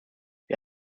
wir